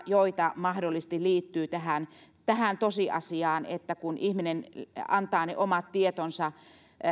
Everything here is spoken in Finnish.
joita mahdollisesti liittyy tähän tähän tosiasiaan että kun ihminen antaa ne omat tietonsa